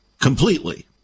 completely